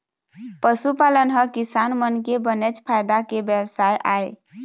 पशुपालन ह किसान मन के बनेच फायदा के बेवसाय आय